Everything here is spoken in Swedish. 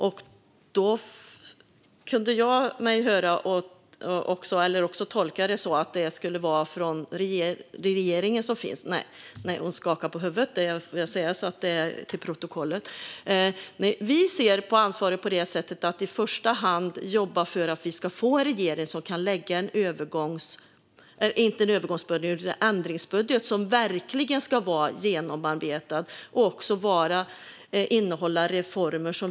Jag tyckte mig höra, eller också tolkade jag det så, att det skulle vara från den regering som finns. Paula Bieler skakar på huvudet. Vår syn på ansvaret är att i första hand jobba för att vi ska få en regering som kan lägga fram en ändringsbudget som verkligen är genomarbetad och innehåller reformer.